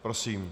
Prosím.